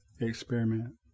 experiment